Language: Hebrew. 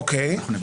אוקיי.